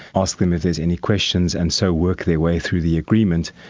ask them if there's any questions and so work their way through the agreement.